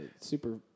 super